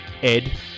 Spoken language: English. Ed